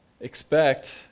Expect